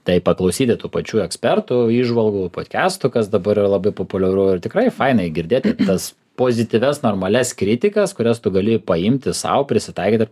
tai paklausyti tų pačių ekspertų įžvalgų podkestų kas dabar yra labai populiaru ir tikrai fainai girdėti tas pozityvias normalias kritikas kurias tu gali paimti sau prisitaikyti